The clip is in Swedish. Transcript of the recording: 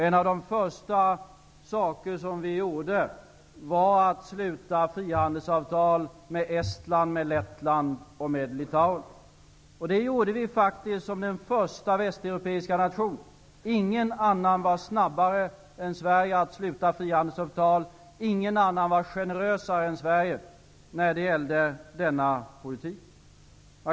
En av de saker som vi gjorde först var att sluta frihandelsavtal med Estland, Lettland och Litauen. Det gjorde vi som första västeuropeiska nation. Ingen annan var snabbare än Sverige att sluta frihandelsavtal. Ingen annan var generösare än Sverige när det gällde denna politik.